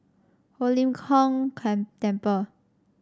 Ho Lim Kong Temple